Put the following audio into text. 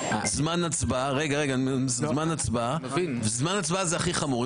זמן הצבעה וזמן הצבעה הוא הכי חמור.